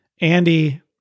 Andy